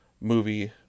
movie